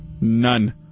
None